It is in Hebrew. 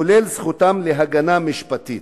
כולל זכותם להגנה משפטית.